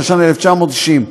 התש"ן 1990,